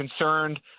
concerned